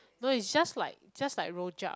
no it's just like just like rojak